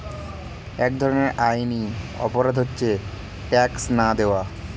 এক ধরনের আইনি অপরাধ হচ্ছে ট্যাক্স না দেওয়া